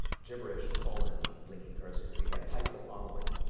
gibberish, colon, blinking cursor. and he's like, type the following,